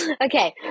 Okay